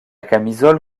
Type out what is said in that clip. camisole